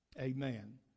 Amen